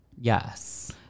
Yes